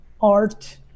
art